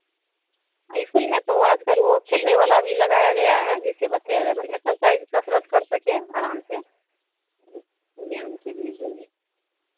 school में तो आज कल वो खेलने वाला भी लगाया गया है जिससे बच्चे मने एक्सरसाइज कसरत कर सकें आराम से व्यायाम के लिए जी